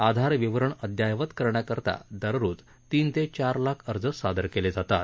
आधार विवरण अदययावत करण्याकरता दररोज तीन ते चार लाख अर्ज सादर केले जातात